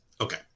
Okay